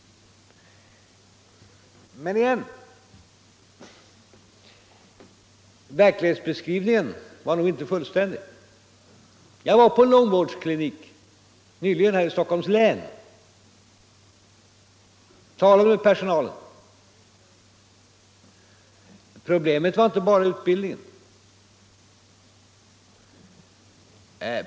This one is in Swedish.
Men, igen: Verklighetsbeskrivningen var nog inte fullständig. Jag var på en långvårdsklinik här i Stockholms län nyligen och talade med personalen. Problemet var inte bara utbildningen.